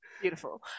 Beautiful